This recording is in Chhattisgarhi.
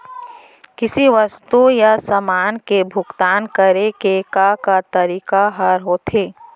किसी वस्तु या समान के भुगतान करे के का का तरीका ह होथे?